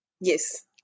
Yes